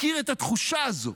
מכיר את התחושה הזו,